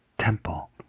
temple